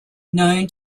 known